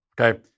okay